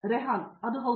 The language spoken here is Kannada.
ರೆಹನ್ ಅದು ಹೌದು